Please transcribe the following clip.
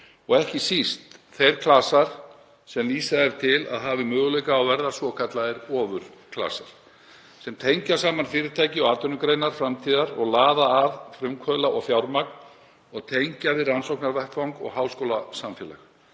ekki síst þeir klasar sem vísað er til að hafi möguleika á að verða svokallaðir ofurklasar sem tengja saman fyrirtæki og atvinnugreinar framtíðar og laða að frumkvöðla og fjármagn og tengja við rannsóknarvettvang og háskólasamfélag.